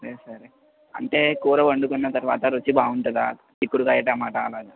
అయితే సరే అంటే కూర వండుకున్న తర్వాత రుచి బాగుంటుందా చిక్కుడుకాయి టొమాటో అలాగ